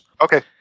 Okay